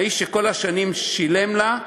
האיש שכל השנים שילם לה,